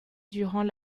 durant